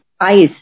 eyes